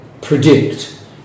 predict